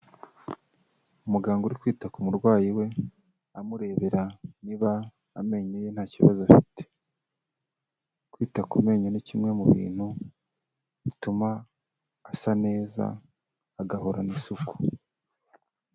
Umuganga uri kwita ku murwayi we, amurebera niba amenyo ye nta kibazo afite, kwita ku menyo ni kimwe mu bintu bituma asa neza agahorana isuku.